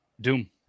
doom